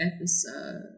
episode